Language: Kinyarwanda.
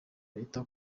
leta